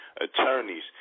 attorneys